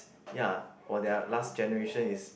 ya for their last generation is